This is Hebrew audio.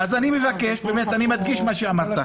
אז אני מבקש, אני מדגיש מה שאמרת.